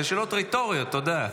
אלו שאלות רטוריות, אתה יודע.